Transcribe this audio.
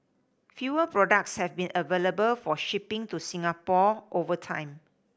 fewer products have been available for shipping to Singapore over time